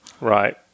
Right